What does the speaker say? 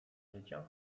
życia